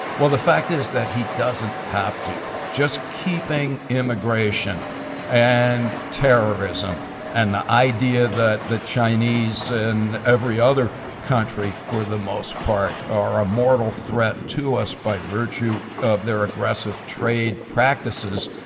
well, the fact is that he doesn't have to. just keeping immigration and terrorism and the idea that the chinese and every other country, for the most part, are a mortal threat to us by virtue of their aggressive trade practices,